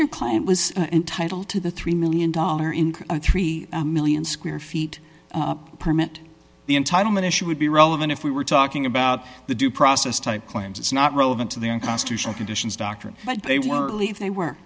your client was entitled to the three million dollars in a three million square feet permit the entitlement issue would be relevant if we were talking about the due process type claims it's not relevant to the unconstitutional conditions doctrine but they were early they were